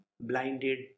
blinded